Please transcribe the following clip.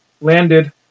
landed